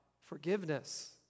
forgiveness